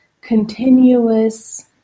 continuous